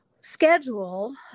schedule